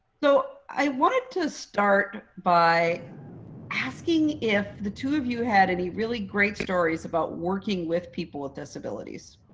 so i wanted to start by asking if the two of you had any really great stories about working with people with disabilities.